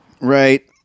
right